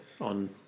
on